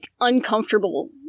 uncomfortable